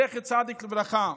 זכר צדיק לברכה,